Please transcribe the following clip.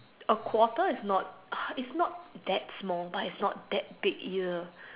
a quarter is not it's not that small but it's not that big either